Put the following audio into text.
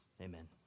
Amen